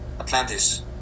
Atlantis